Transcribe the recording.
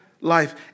life